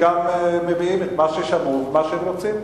שהם גם מביאים את מה ששמעו ואת מה שהם רוצים.